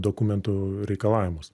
dokumentų reikalavimus